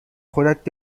خودت